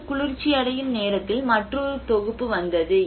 அது குளிர்ச்சியடையும் நேரத்தில் மற்றொரு தொகுப்பு வந்தது